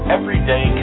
Everyday